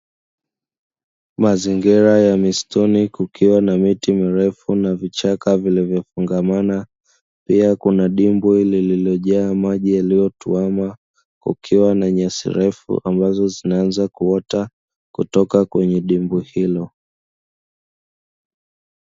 Mazingira ya misituni kukiwa na miti mirefu na vichaka vilivyofungamana, pia kuna dimbwi lililojaa maji yaliyotuama ukiwa na nyasi refu ambazo zinaanza kuota kutoka kwenye dimbwi hilo.